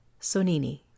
sonini